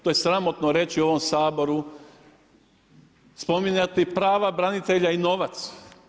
To je sramotno reći u ovom Saboru, spominjati prava branitelja i novac.